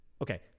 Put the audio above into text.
Okay